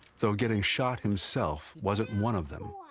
though getting shot himself wasn't one of them.